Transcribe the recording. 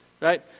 right